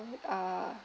uh